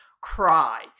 cry